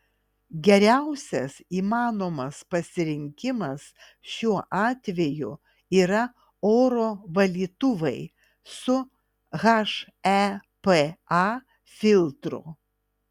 geriausias įmanomas pasirinkimas šiuo atveju yra oro valytuvai su hepa filtru